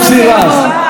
מוסי רז.